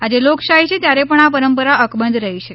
આજે લોકશાહી છે ત્યારે પણ આ પરંપરા અકબંધ રહી છે